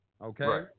Okay